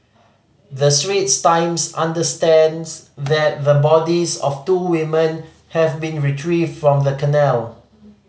the Straits Times understands that the bodies of two women have been retrieved from the canal